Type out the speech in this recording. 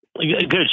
Good